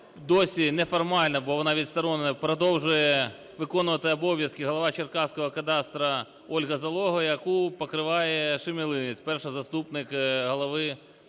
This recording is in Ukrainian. досі неформально, бо вона відсторонена, продовжує виконувати обов'язки голова черкаського кадастру Ольга Залога, яку покриває Шемелинець – перший заступник голова